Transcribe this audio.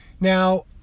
Now